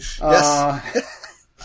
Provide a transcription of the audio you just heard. Yes